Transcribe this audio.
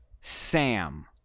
Sam